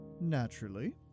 Naturally